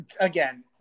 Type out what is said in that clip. again